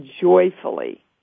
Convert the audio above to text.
joyfully